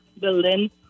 building